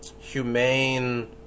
Humane